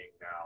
now